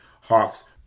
Hawks